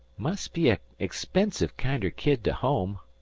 must be an expensive kinder kid to home.